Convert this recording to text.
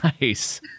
Nice